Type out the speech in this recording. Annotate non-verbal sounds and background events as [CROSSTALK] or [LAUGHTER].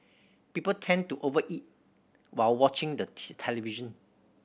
people tend to over eat while watching the [UNINTELLIGIBLE] television